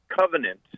covenant